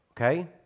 okay